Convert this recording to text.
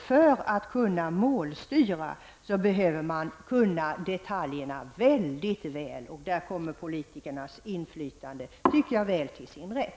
För att kunna målstyra behöver man dessutom känna till detaljerna väldigt väl. Där kommer politikernas inflytande väl till sin rätt.